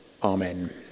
Amen